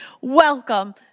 Welcome